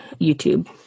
YouTube